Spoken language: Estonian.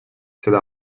seda